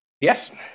Yes